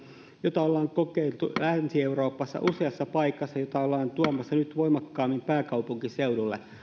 jota ollaan kokeiltu länsi euroopassa useassa paikassa ja jota ollaan tuomassa nyt voimakkaammin pääkaupunkiseudulle